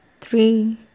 three